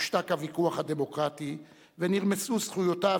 הושתק הוויכוח הדמוקרטי ונרמסו זכויותיו